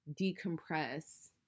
decompress